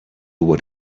what